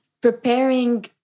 preparing